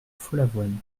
follavoine